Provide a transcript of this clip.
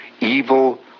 evil